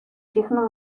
signo